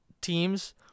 teams